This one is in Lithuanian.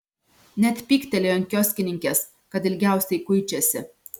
net pyktelėjo ant kioskininkės kad ilgiausiai kuičiasi